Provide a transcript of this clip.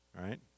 right